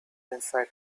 inside